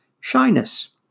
shyness